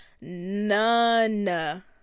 none